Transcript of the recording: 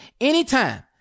anytime